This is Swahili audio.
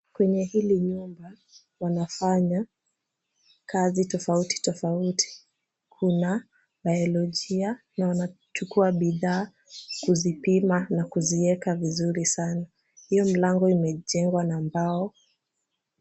Kwenye hili nyumba, wanafanya kazi tofauti tofauti. Kuna biolojia na wanachukua bidhaa kuzipima na kuzieka vizuri sana. Hiyo mlango imejengwa na mbao.